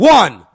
one